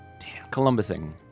Columbusing